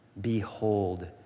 Behold